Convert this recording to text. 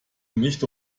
nicht